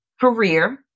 career